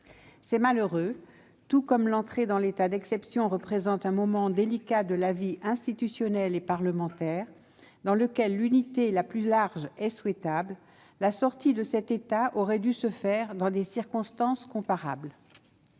est malheureux. L'entrée dans l'état d'exception représente un moment délicat de la vie institutionnelle et parlementaire, dans lequel l'unité la plus large est souhaitable ; la sortie de cet état aurait dû se faire dans des circonstances comparables.